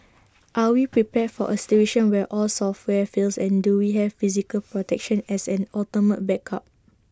are we prepared for A situation where all software fails and do we have physical protection as an ultimate backup